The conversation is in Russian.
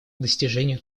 достижению